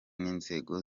n’inzego